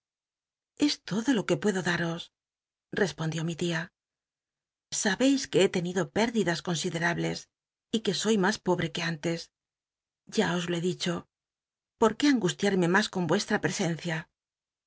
s lodo cslo lo que puedo daros respondió mi tia sais que he tenido pérdidas considerables y lia sabcis que soy mas pobre que antes ya os lo he dicho por qué angustiarme mas con ntcslra pte